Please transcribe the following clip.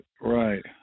Right